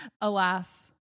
Alas